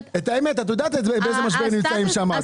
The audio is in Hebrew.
את יודעת באיזה מקום נמצאים שם.